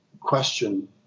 question